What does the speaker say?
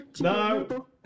No